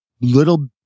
little